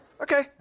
Okay